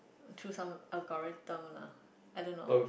through some algorithm lah I don't know